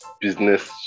business